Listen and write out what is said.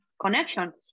connection